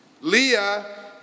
Leah